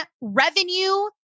revenue